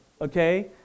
okay